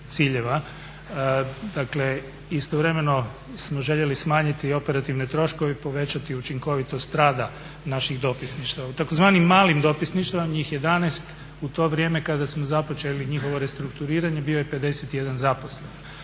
Dakle, istovremeno smo željeli smanjiti i operativne troškove i povećati učinkovitost rada naših dopisništvima. U tzv. malim dopisništvima njih 11 u to vrijeme kada smo započeli njihovo restrukturiranje bio je 51 zaposlen,